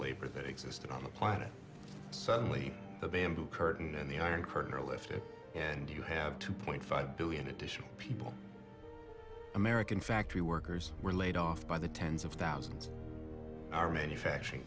labor that existed on the planet suddenly the bamboo curtain and the iron curtain are lifted and you have two point five billion additional people american factory workers were laid off by the tens of thousands manufacturing